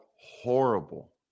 horrible